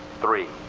three,